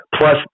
plus